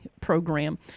program